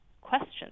questions